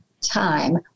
time